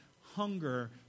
hunger